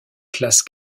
classe